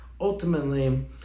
ultimately